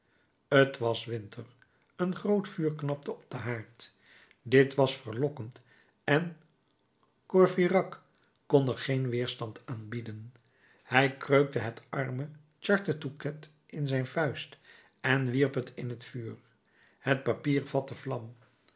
t was winter een groot vuur knapte op den haard dit was verlokkend en courfeyrac kon er geen weêrstand aan bieden hij kreukte het arme charte touquet in zijn vuist en wierp het in t vuur het papier vatte vlam